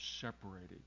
separated